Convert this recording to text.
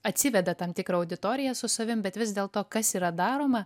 atsiveda tam tikrą auditoriją su savim bet vis dėlto kas yra daroma